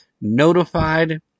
notified